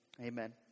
amen